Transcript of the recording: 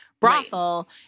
brothel